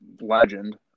legend